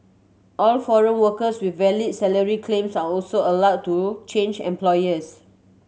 all foreign workers with valid salary claims are also allowed to change employers